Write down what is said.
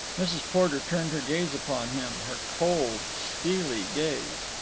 mrs. porter turned her gaze upon him, her cold, steely gaze.